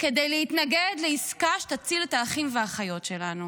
כדי להתנגד לעסקה שתציל את האחים והאחיות שלנו,